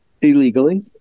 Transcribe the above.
illegally